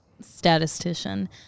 statistician